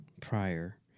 prior